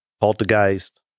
poltergeist